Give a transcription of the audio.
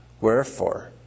Wherefore